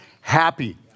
happy